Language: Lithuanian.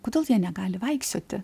kodėl jie negali vaikščioti